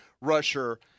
rusher